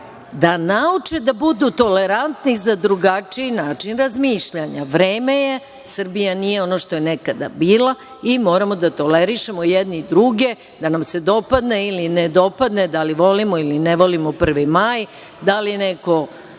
da nauče da budu tolerantni za drugačiji način razmišljanja. Vreme je. Srbija nije ono što je nekada bila i moramo da tolerišemo jedni druge, da nam se dopadne ili dopadne, da li volimo ili ne volimo 1. maj, da li neko